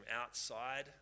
outside